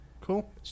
cool